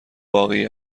باقی